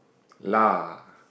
lah